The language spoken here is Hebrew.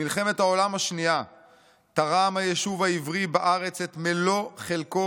"במלחמת העולם השנייה תרם היישוב העברי בארץ את מלוא חלקו